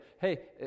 hey